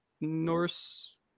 Norse